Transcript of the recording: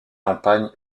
campagne